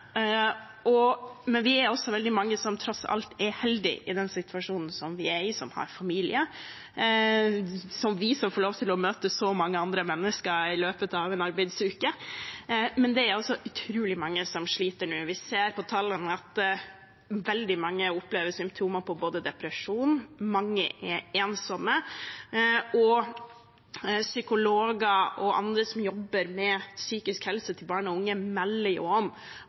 jeg, men vi er også veldig mange som tross alt er heldige i den situasjonen vi er i – som har familie, og, som oss, som får lov til å møte så mange andre mennesker i løpet av en arbeidsuke. Men det er altså utrolig mange som sliter nå. Vi ser på tallene at veldig mange opplever symptomer på depresjon. Mange er ensomme, og psykologer og andre som jobber med psykisk helse hos barn og unge, melder om